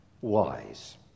wise